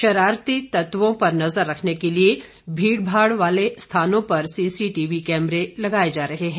शरारती तत्वों पर नजर रखने के लिए भीड़भाड़ वाले स्थानों पर सीसी टीवी कैमरे लगाए जा रहे हैं